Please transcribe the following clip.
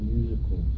musical